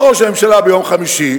בא ראש הממשלה ביום חמישי,